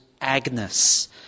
Agnes